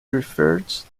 prefers